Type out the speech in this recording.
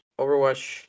Overwatch